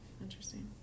Interesting